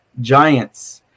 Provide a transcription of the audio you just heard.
Giants